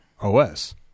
OS